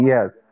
Yes